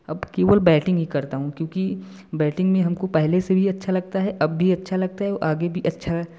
अब केवल बैटिंग ही करता हूँ क्योंकि बैटिंग में हमको पहले से भी अच्छा लगता है अब भी अच्छा लगता है और आगे भी अच्छा